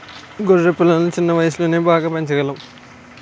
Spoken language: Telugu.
గొర్రె పిల్లలను చిన్న వయసులోనే బాగా పెంచగలం